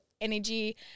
energy